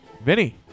Vinny